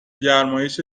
گرمایش